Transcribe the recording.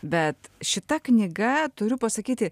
bet šita knyga turiu pasakyti